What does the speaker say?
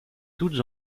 toutes